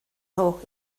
nhw